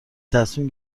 تصمیم